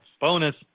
Bonus